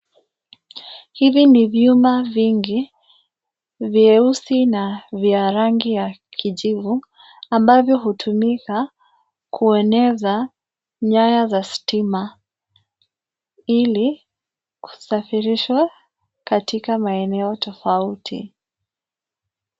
Hivi ni vyuma vingi, vyeusi na vya rangi ya kijivu, ambavyo hutumika, kueneza, nyaya za stima, ili, kusafirishwa, katika maeneo tofauti.